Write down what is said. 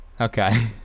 Okay